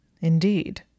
Indeed